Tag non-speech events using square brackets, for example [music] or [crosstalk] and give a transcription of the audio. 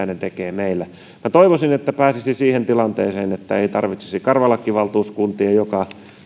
[unintelligible] ne tekevät meillä minä toivoisin että pääsisimme siihen tilanteeseen että ei tarvitsisi karvalakkivaltuuskuntien joka vuosi